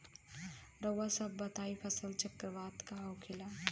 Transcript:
रउआ सभ बताई फसल चक्रवात का होखेला?